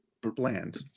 bland